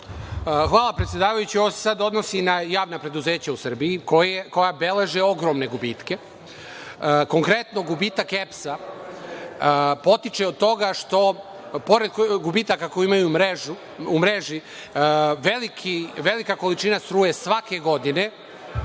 Hvala, predsedavajući. Ovo se sad odnosi na javna preduzeća u Srbiji koja beleže ogromne gubitke. Konkretno, gubitak EPS-a potiče od toga što, pored gubitaka koje imaju u mreži, velika količina struje svake godine